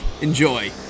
Enjoy